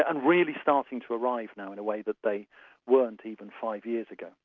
ah and really starting to arrive now in a way that they weren't even five years ago.